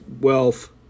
wealth